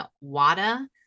Wada